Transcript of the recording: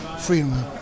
freedom